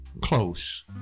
close